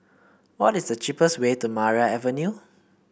what is the cheapest way to Maria Avenue